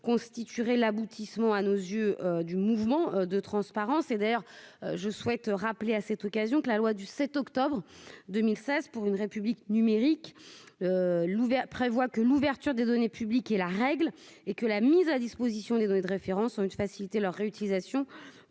constituerait l'aboutissement, à nos yeux, du mouvement de transparence et d'ailleurs, je souhaite rappeler à cette occasion que la loi du 7 octobre 2016 pour une République numérique l'prévoit que l'ouverture des données publiques et la règle et que la mise à disposition des données de référence ont une facilité leur réutilisation